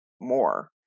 more